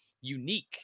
unique